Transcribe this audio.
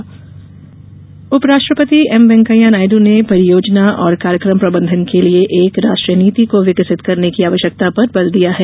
उप राष्ट्रपति उपराष्ट्रपति एमवेंकैया नायडू ने परियोजना और कार्यक्रम प्रबंधन के लिए एक राष्ट्रीय नीति को विकसित करने की आवश्यकता पर बल दिया है